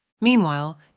Meanwhile